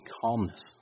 calmness